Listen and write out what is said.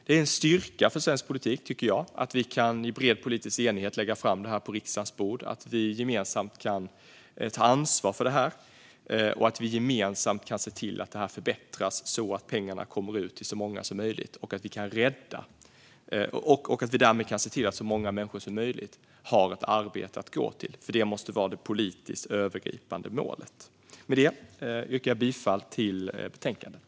Det är en styrka för svensk politik att vi i bred politisk enighet kan lägga fram detta förslag på riksdagens bord, det vill säga att vi gemensamt kan ta ansvar för och förbättra förslaget så att pengarna kommer ut till så många som möjligt. Därmed kan så många människor som möjligt ha ett arbete att gå till. Det måste vara det politiskt övergripande målet. Jag yrkar bifall till förslaget i betänkandet.